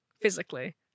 physically